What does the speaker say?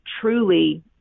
truly